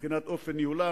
מבחינת אופן ניהולם.